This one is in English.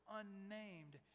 unnamed